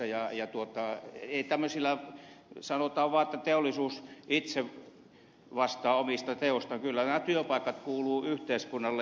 ei niin pidä vastata että sanotaan vaan että teollisuus itse vastaa omista teoistaan kyllä työpaikat kuuluvat yhteiskunnalle